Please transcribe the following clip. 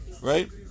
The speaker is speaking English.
right